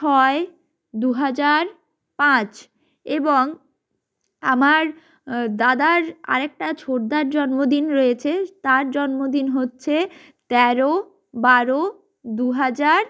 ছয় দু হাজার পাঁচ এবং আমার দাদার আরেকটা ছোড়দার জন্মদিন রয়েছে তার জন্মদিন হচ্ছে তেরো বারো দু হাজার